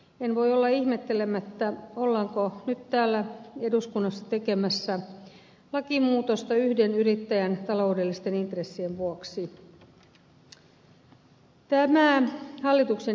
en voi olla ihmettelemättä ollaanko nyt täällä eduskunnassa tekemässä lakimuutosta yhden yrittäjän taloudellisten intressien vuoksi